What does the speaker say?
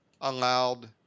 allowed